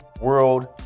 World